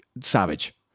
savage